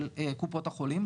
של קופות החולים,